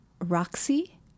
roxy